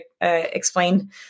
explain